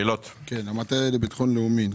המטה לביטחון לאומי.